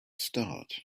start